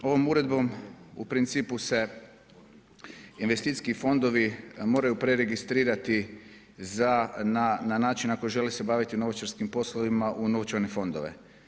Ovom uredbom u principu se investicijski fondovi moraju preregistrirati na način ako žele se baviti novčarskim poslovima u novčane fondove.